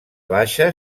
baixa